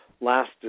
last